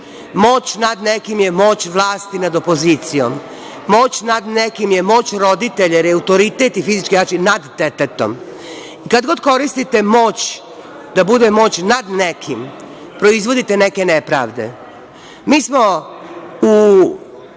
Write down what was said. Moć nad nekim je moć vlasti nad opozicijom. Moć nad nekim je moć roditelja, jer je autoritet i fizički jači, nad detetom. Kad god koristite moć da bude moć nad nekim, proizvodite neke nepravde. Mi smo u